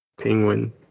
Penguin